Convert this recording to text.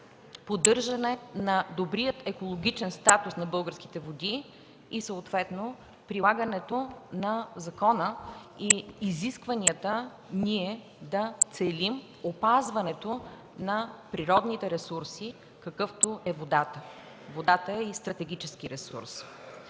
поддържане на добрия екологичен статус на българските води и съответно прилагането на закона и изискванията ние да целим опазването на природните ресурси, какъвто е водата. Водата е и стратегически ресурс.